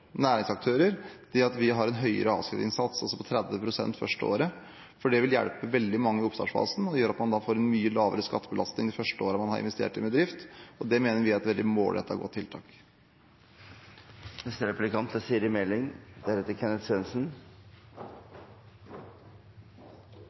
næringsaktører at vi har en høyere avskrivningssats, altså på 30 pst., første året, for det vil hjelpe veldig mange i oppstartsfasen. Det gjør at man får en mye lavere skattebelastning det første året man har investert i en bedrift. Det mener vi er et veldig målrettet og godt tiltak. Jeg står med skatte- og avgiftsinnstillingen fra i fjor i hendene. Det er